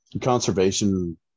conservation